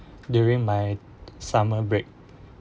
during my summer break